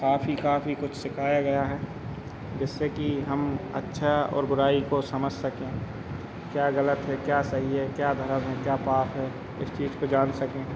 काफ़ी काफ़ी कुछ सिखाया गया है जिससे कि हम अच्छा और बुराई को समझ सकें क्या गलत है क्या सही है क्या धर्म है क्या पाप है इस चीज को जान सकें